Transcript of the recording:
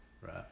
Right